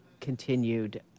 continued